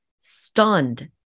stunned